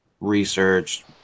research